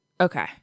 Okay